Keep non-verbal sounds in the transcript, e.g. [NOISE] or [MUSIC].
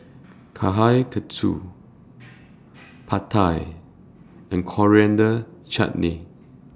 Kushikatsu [NOISE] Pad Thai and Coriander Chutney